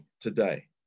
today